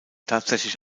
tatsächlich